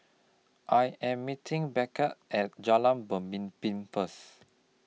I Am meeting Beckie At Jalan Benmimpin First